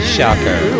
Shocker